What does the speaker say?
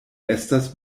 estas